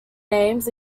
names